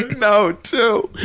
know, too.